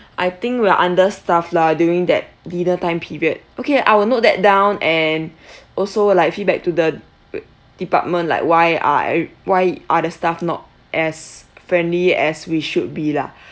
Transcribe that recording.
I think we are understaffed lah during that dinner time period okay I will note that down and also like feedback to the w~ department like why are every~ why are the staff not as friendly as we should be lah